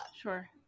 sure